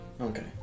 Okay